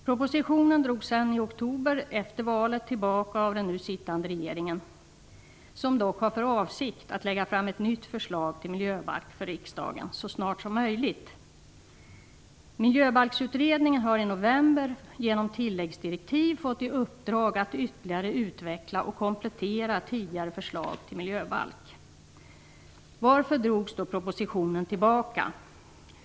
Propositionen drogs sedan tillbaka i oktober, efter valet, av den sittande regeringen som dock har för avsikt att för riksdagen lägga fram ett nytt förslag till miljöbalk så snart som möjligt. Miljöbalksutredningen har i november genom tilläggsdirektiv fått i uppdrag att ytterligare utveckla och komplettera tidigare förslag till miljöbalk. Varför drogs då propositionen tillbaka?